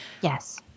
Yes